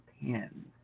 pen